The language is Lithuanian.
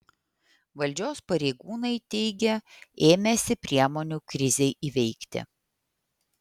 valdžios pareigūnai teigia ėmęsi priemonių krizei įveikti